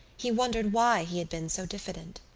he wondered why he had been so diffident.